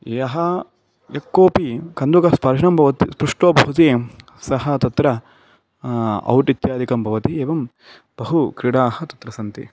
यः यः कोऽपि कन्दुकेन स्पर्शं भवति स्पृष्टः भवति सः तत्र औट् इत्यादिकं भवति एवं बहुक्रीडाः तत्र सन्ति